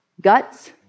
Guts